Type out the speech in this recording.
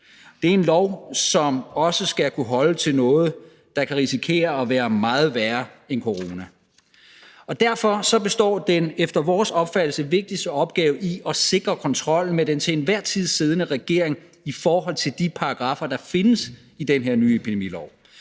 Det er en lov, som også skal kunne holde til noget, der kan risikere at være meget værre end corona Derfor består den efter vores opfattelse vigtigste opgave i at sikre kontrol med den til enhver tid siddende regering i forhold til de paragraffer, der findes i den her nye epidemilov.